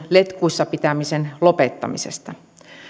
letkuissa pitämisen lopettamisesta